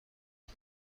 کسی